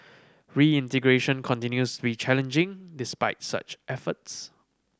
reintegration continues be challenging despite such efforts